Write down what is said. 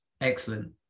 Excellent